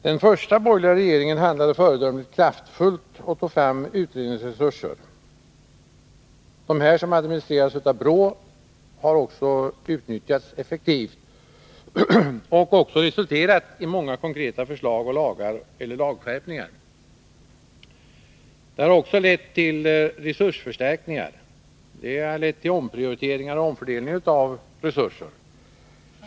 Den första borgerliga regeringen handlade föredömligt kraftfullt och tog fram utredningsresurser. Dessa, som administrerades av BRÅ, har utnyttjats effektivt och också resulterat i många konkreta förslag och lagar eller lagskärpningar. Detta har lett till resursförstärkningar och till omprioriteringar och omfördelning av resurser.